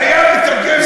חייב לתרגם את זה.